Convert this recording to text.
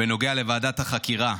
בנוגע לוועדת החקירה.